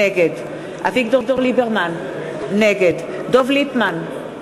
נגד אביגדור ליברמן, נגד דב ליפמן,